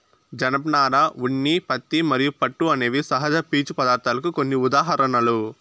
జనపనార, ఉన్ని, పత్తి మరియు పట్టు అనేవి సహజ పీచు పదార్ధాలకు కొన్ని ఉదాహరణలు